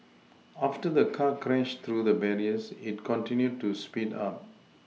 after the car crashed through the barriers it continued to speed up